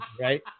right